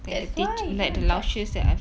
that's why you cannot judge